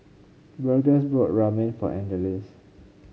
Burgess bought Ramen for Angeles